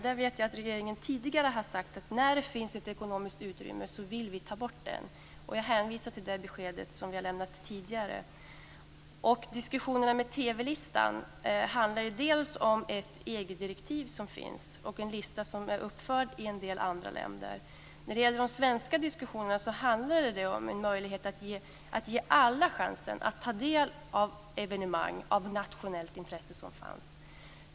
Där vet jag att regeringen tidigare har sagt att när det finns ett ekonomiskt utrymme vill vi ta bort den. Jag hänvisar till det beskedet, som vi har lämnat tidigare. Diskussionen om TV-listan handlar ju delvis om ett EG-direktiv som finns och en lista som är uppförd i en del andra länder. De svenska diskussionerna handlade om en möjlighet att ge alla chansen att ta del av olika evenemang av nationellt intresse som fanns.